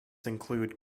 include